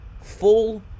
full